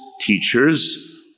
teachers